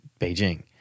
Beijing